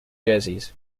jerseys